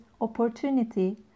opportunity